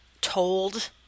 told